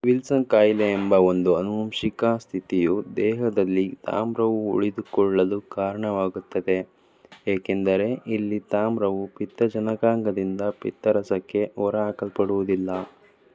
Wilson ಕಾಯಿಲೆ ಎಂಬ ಒಂದು ಅನುವಂಶಿಕ ಸ್ಥಿತಿಯು ದೇಹದಲ್ಲಿ ತಾಮ್ರವು ಉಳಿದುಕೊಳ್ಳಲು ಕಾರಣವಾಗುತ್ತದೆ ಏಕೆಂದರೆ ಇಲ್ಲಿ ತಾಮ್ರವು ಪಿತ್ತಜನಕಾಂಗದಿಂದ ಪಿತ್ತರಸಕ್ಕೆ ಹೊರಹಾಕಲ್ಪಡುವುದಿಲ್ಲ